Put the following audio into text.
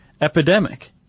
epidemic